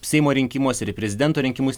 seimo rinkimuos ir į prezidento rinkimus